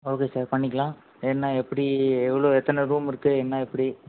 okay sir பண்ணிக்கலாம் என்ன எப்படி எவ்வளோ எத்தனை ரூம் இருக்கு என்ன எப்படி